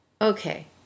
Okay